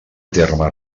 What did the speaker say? terme